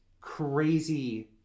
crazy